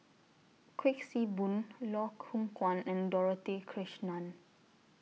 Kuik Swee Boon Loh Hoong Kwan and Dorothy Krishnan